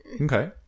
Okay